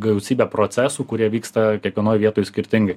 gausybė procesų kurie vyksta kiekvienoj vietoj skirtingai